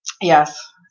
Yes